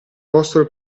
vostro